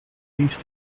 released